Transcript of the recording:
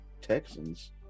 Texans